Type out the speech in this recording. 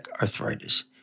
Arthritis